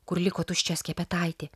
kur liko tuščia skepetaitė